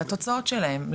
והתוצאות שלהם,